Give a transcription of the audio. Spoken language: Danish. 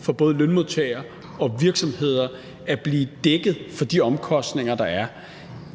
for både lønmodtagere og virksomheder at få dækket de omkostninger, der er.